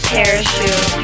Parachute